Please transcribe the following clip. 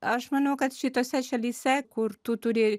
aš manau kad šitose šalyse kur tu turi